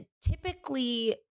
typically